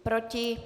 Proti?